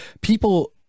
people